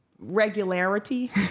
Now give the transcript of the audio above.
regularity